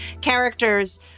characters